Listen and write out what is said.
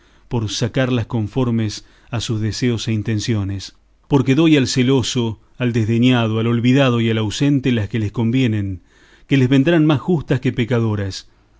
por sacarlas conformes a sus deseos e intenciones porque doy al celoso al desdeñado al olvidado y al ausente las que les convienen que les vendrán más justas que pecadoras